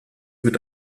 mit